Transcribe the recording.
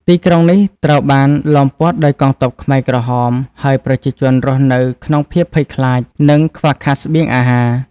ទីក្រុងនេះត្រូវបានឡោមព័ទ្ធដោយកងទ័ពខ្មែរក្រហម ហើយប្រជាជនរស់នៅក្នុងភាពភ័យខ្លាច និងខ្វះខាតស្បៀងអាហារ។